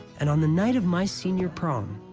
and on the night of my senior prom,